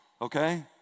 okay